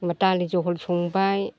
दालि जह'ल संबाय